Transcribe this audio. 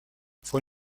fue